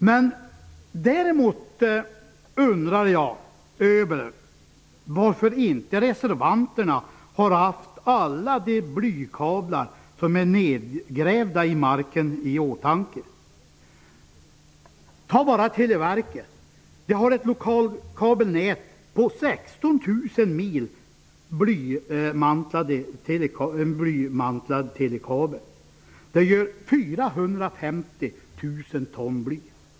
Jag undrar varför reservanterna inte i stället har haft i åtanke alla de blykablar som är nedgrävda i marken. Ta bara Televerket! Det har ett kabelnät på 16 000 mil blymantlad telekabel. Det gör 450 000 ton bly.